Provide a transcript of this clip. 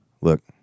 Look